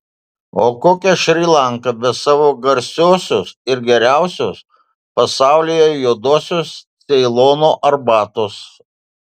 o kokia šri lanka be savo garsiosios ir geriausios pasaulyje juodosios ceilono arbatos